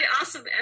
awesome